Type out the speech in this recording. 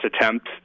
attempt